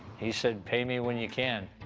he said, pay me when you can.